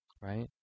right